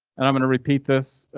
and i'm going to repeat this.